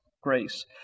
grace